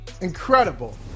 Incredible